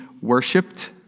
worshipped